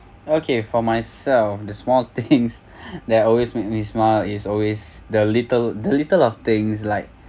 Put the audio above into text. okay for myself the small things that always make me smile is always the little the little of things like